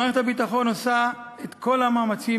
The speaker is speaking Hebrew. מערכת הביטחון עושה את כל המאמצים